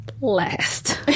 last